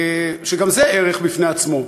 שגם זה ערך בפני עצמו.